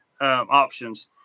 options